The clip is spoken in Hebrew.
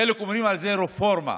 חלק קוראים לזה רפורמה.